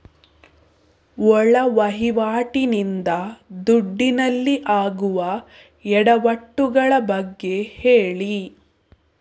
ಒಳ ವಹಿವಾಟಿ ನಿಂದ ದುಡ್ಡಿನಲ್ಲಿ ಆಗುವ ಎಡವಟ್ಟು ಗಳ ಬಗ್ಗೆ ಹೇಳಿ